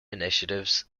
initiatives